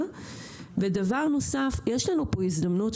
מה שלומך?